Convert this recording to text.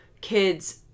kids